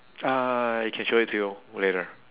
uh I can show it to you later